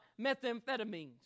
methamphetamines